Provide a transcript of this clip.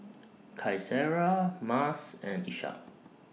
Qaisara Mas and Ishak